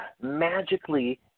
magically